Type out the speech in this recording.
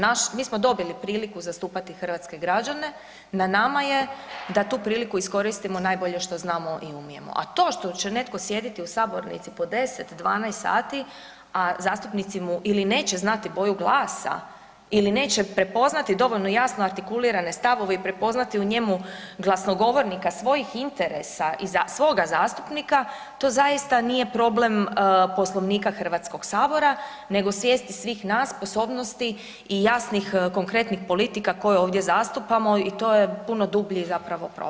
Naš, mi smo dobili priliku zastupati hrvatske građane, na nama je da tu priliku iskoristimo najbolje što znamo i umijemo, a to što će netko sjediti u sabornici po 10, 12 sati, zastupnici mu, ili neće boju glasa ili neće prepoznati dovoljno jasno artikulirane stavove i prepoznati u njemu glasnogovornika svojih interesa i za svoga zastupnika, to zaista nije problem Poslovnika HS-a nego svijesti svih nas, sposobnosti i jasnih, konkretnih politika koje ovdje zastupamo i to je puno dublji zapravo problem.